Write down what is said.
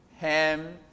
ham